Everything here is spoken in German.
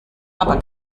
aber